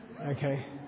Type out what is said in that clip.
Okay